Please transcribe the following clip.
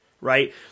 right